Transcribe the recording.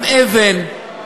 עם אבן.